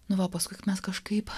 nu va paskui mes kažkaip